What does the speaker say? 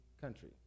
Country